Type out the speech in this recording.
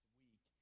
week